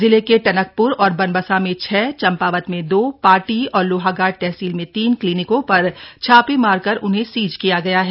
जिले के टनकप्र और बनबसा में छह चम्पावत में दो पाटी और लोहाघाट तहसील में तीन क्लीनिकों पर छापे मारकर उन्हें सीज किया गया है